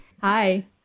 hi